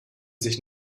sich